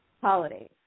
holidays